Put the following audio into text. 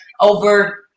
over